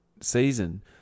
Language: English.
season